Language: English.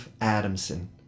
Adamson